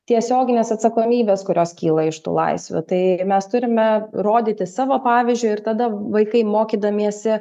tiesioginės atsakomybės kurios kyla iš tų laisvių tai mes turime rodyti savo pavyzdžiu ir tada vaikai mokydamiesi